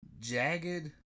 jagged